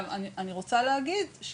אני רוצה להגיד,